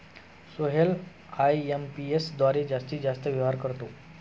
Sohail IMPS द्वारे जास्तीत जास्त व्यवहार करतो